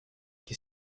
qui